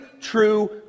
true